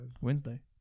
Wednesday